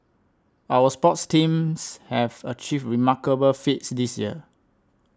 our sports teams have achieved remarkable feats this year